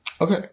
Okay